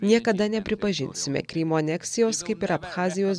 niekada nepripažinsime krymo aneksijos kaip ir abchazijos